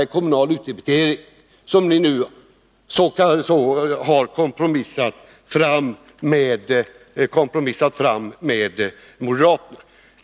i kommunal utdebitering, som ni nu har kompromissat fram med moderaterna.